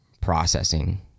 processing